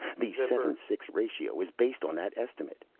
the seven six ratio is based on that estimate.